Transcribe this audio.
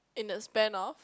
in the span of